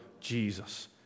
Jesus